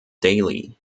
daily